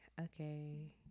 okay